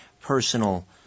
personal